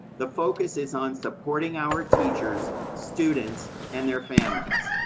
the focus is on supporting our teachers, students, and their families.